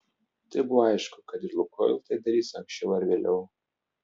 tai buvo aišku kad ir lukoil tai darys anksčiau ar vėliau